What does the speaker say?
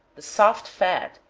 the soft fat,